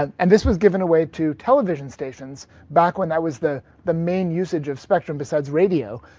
and this was given away to television stations back when that was the the main usage of spectrum besides radio,